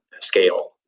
scale